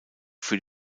für